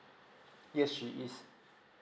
yes it is